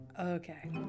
Okay